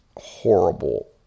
horrible